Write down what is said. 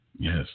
Yes